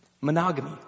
Monogamy